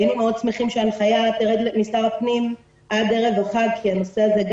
היינו שמחים מאוד שההנחיה תרד משר הפנים עד ערב החג כי הנושא הזה,